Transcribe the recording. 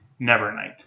Nevernight